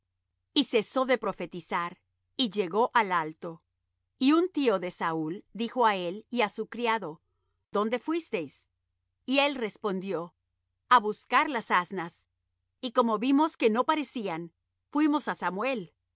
y cesó de profetizar y llegó al alto y un tío de saúl dijo á él y á su criado dónde fuisteis y él respondió a buscar las asnas y como vimos que no parecían fuimos á samuel